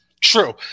True